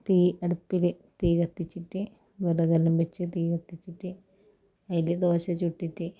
തീ അടുപ്പിൽ തീ കത്തിച്ചിട്ട് വെറകെല്ലാം വെച്ച് തീ കത്തിച്ചിട്ട് അത്തിൽ ദോശ ചുട്ടിട്ട്